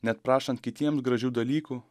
net prašant kitiems gražių dalykų